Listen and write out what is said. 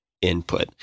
input